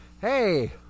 Hey